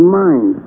mind